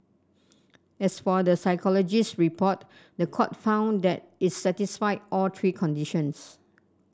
as for the psychologist's report the court found that it satisfied all three conditions